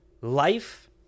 life